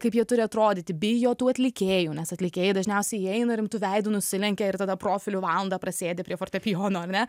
kaip jie turi atrodyti bijo tų atlikėjų nes atlikėjai dažniausiai įeina rimtu veidu nusilenkia ir tada profiliu valandą prasėdi prie fortepijono ar ne